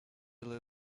little